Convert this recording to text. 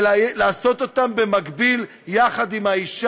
ואני צובט את עצמי כל פעם מחדש.